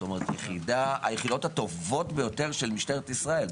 ומדובר ביחידות הטובות ביותר של משטרת ישראל,